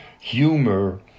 humor